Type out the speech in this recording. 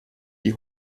die